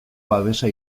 babesa